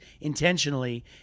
intentionally